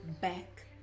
back